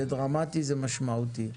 זה דרמטי, זה משמעותי.